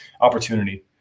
opportunity